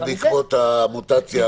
זה היה בעקבות המוטציה הדרום אפריקנית.